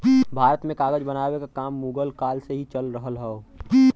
भारत में कागज बनावे के काम मुगल काल से ही चल रहल हौ